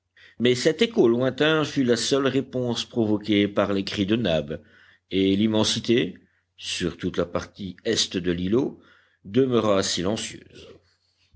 mais cet écho lointain fut la seule réponse provoquée par les cris de nab et l'immensité sur toute la partie est de l'îlot demeura silencieuse